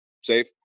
safe